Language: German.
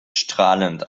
strahlend